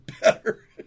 better